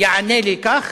יענה לי כך,